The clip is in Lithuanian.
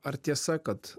ar tiesa kad